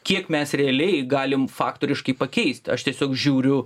kiek mes realiai galim faktoriškai pakeist aš tiesiog žiūriu